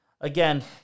Again